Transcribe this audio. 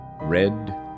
Red